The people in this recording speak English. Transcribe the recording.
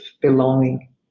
belonging